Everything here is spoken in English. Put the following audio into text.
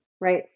right